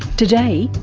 today,